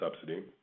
Subsidy